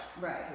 right